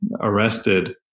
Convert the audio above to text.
arrested